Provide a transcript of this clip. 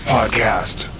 Podcast